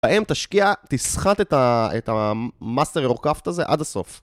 בהם תשקיע, תסחט את המאסטר הרוקף הזה עד הסוף